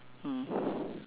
mm